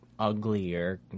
Uglier